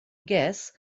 guess